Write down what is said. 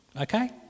Okay